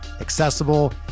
accessible